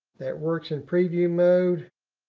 that works in preview mode.